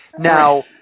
Now